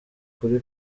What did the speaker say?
kuri